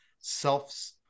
self